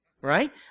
right